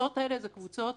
הקבוצות האלה הן קבוצות